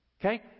okay